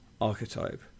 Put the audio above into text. archetype